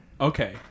okay